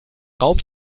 raum